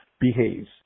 behaves